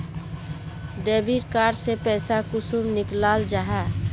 Debit card से पैसा कुंसम निकलाल जाहा?